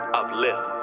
uplift